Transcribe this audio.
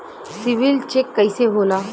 CIBIL check कइसे होला?